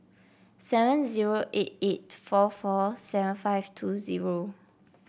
seven zero eight eight four four seven five two zero